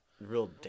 Real